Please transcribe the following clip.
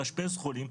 תאשפז חולים,